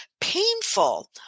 painful